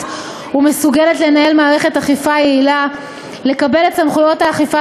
ומסוגלת לנהל מערכת אכיפה יעילה לקבל את סמכויות האכיפה